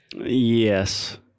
Yes